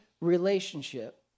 relationship